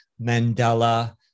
Mandela